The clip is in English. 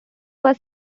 was